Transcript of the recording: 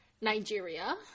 Nigeria